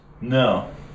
No